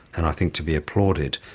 and i think to be applauded.